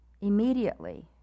immediately